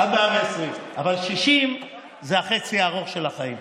עד 120. אבל 60 זה החצי הארוך של החיים.